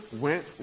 went